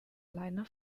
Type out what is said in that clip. alleine